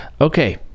Okay